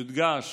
יודגש